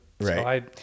right